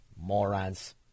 Morons